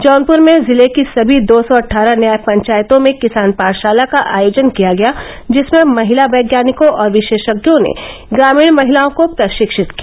जौनपुर में जिले की समी दो सौ अट्ठारह न्याय पंचायतों में किसान पाठशाला का आयोजन किया गया जिसमें महिला वैज्ञानिकों और विशेषज्ञों ने ग्रामीण महिलाओं को प्रशिक्षित किया